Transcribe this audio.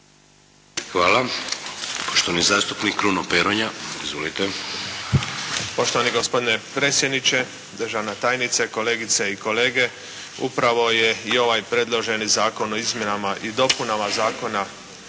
Hvala. Poštovani zastupnik Kruno Peronja.